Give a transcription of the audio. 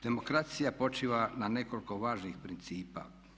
Demokracija počiva na nekoliko važnih principa.